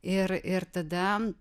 ir ir tada